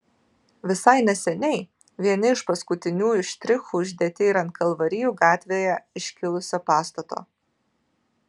visai neseniai vieni iš paskutiniųjų štrichų uždėti ir ant kalvarijų gatvėje iškilusio pastato